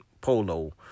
Polo